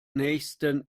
nächsten